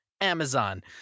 Amazon